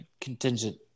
contingent